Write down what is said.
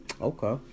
Okay